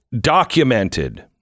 Documented